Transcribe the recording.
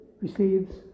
receives